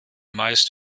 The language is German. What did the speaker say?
meist